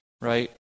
Right